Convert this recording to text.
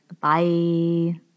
Bye